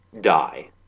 die